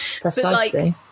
Precisely